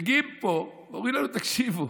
מגיעים לפה ואומרים לנו: תקשיבו,